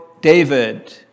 David